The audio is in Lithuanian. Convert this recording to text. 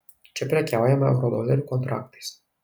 čia prekiaujama eurodolerių kontraktais